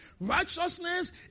righteousness